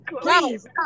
please